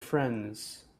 friends